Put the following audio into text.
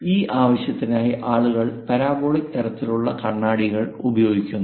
ഈ ആവശ്യത്തിനായി ആളുകൾ പരാബോളിക് തരത്തിലുള്ള കണ്ണാടികൾ ഉപയോഗിക്കുന്നു